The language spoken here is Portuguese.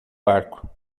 barco